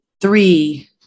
Three